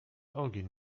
ogień